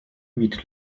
miete